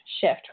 shift